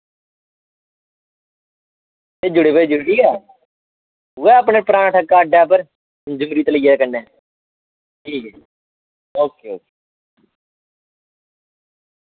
भेजी ओड़ेओ भेजी ओड़ेओ ठीक ऐ उऐ अपने पराने ठेके दे अड्डे उप्पर रेतीलियै दे कन्नै ओके ठीक